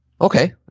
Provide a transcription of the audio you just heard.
Okay